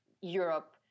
Europe